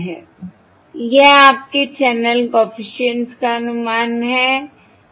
यह आपके channel coefficients का अनुमान है